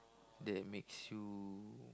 that makes you